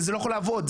זה לא יכול לעבוד,